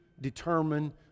determine